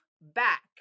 back